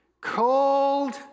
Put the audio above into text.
cold